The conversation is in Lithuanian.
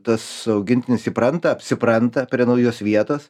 tas augintinis įpranta apsipranta prie naujos vietos